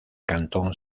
cantón